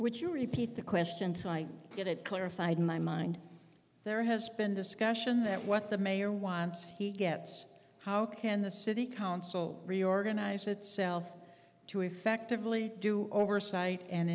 would you repeat the question so i get it clarified in my mind there has been discussion that what the mayor wants he gets how can the city council reorganize itself to effectively do oversight and